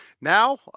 now